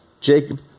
jacob